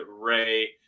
Ray